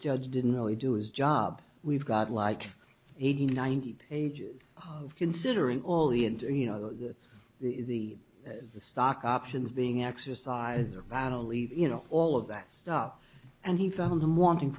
judge didn't really do his job we've got like eighty ninety pages of considering all the and you know the the the stock options being exercised about only you know all of that stuff and he found them wanting